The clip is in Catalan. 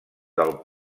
del